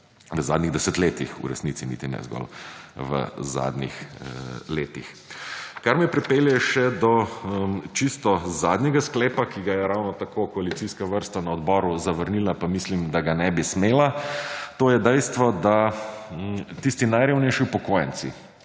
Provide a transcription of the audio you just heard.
v zadnjih desetletjih, v resnici niti ne zgolj v zadnjih letih. Kar me pripelje še do čistega zadnjega sklepa, ki ga je ravno tako koalicijska vrsta na odboru zavrnila, pa mislim, da ga ne bi smela. To je dejstvo, da tisti najrevnejši upokojenci,